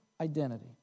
identity